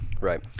Right